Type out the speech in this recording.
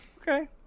Okay